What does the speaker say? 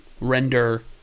render